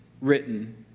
written